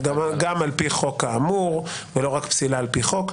גם על פי חוק האמור ולא רק פסילה על פי חוק.